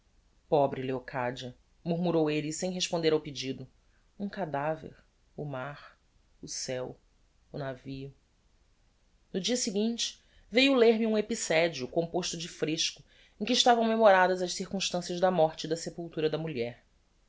pobre leocadia murmurou elle sem responder ao pedido um cadaver o mar o ceu o navio no dia seguinte veiu ler me um epicedio composto de fresco em que estavam memoradas as circumstancias da morte e da sepultura da mulher